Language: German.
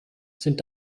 sind